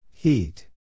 Heat